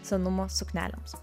senumo suknelėms